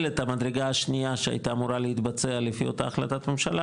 את המדרגה השנייה שהייתה אמורה להתבצע לפי אותה החלטת ממשלה,